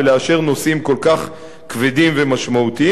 ולאשר נושאים כל כך כבדים ומשמעותיים.